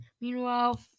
Meanwhile